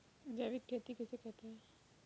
जैविक खेती किसे कहते हैं?